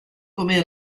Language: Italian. come